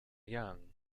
young